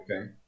okay